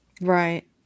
Right